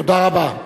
תודה רבה.